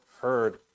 heard